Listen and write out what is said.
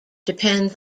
depends